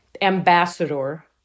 ambassador